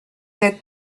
êtes